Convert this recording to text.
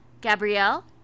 Gabrielle